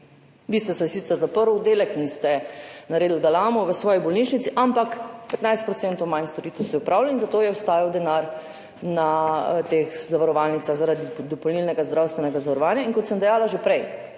Vi ste sicer zaprli oddelek in ste naredili galamo v svoji bolnišnici, ampak 15 % manj storitev se je opravilo in zato je ostajal denar na teh zavarovalnicah zaradi dopolnilnega zdravstvenega zavarovanja. In kot sem dejala že prej,